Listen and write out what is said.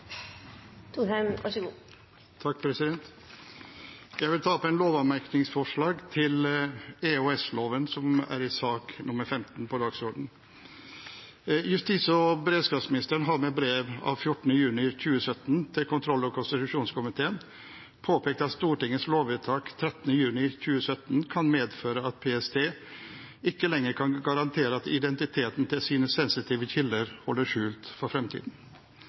i brev av 14. juni 2017 til kontroll- og konstitusjonskomiteen påpekt at Stortingets lovvedtak 13. juni 2017 kan medføre at PST ikke lenger kan garantere at identiteten til deres sensitive kilder holdes skjult for fremtiden.